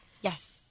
Yes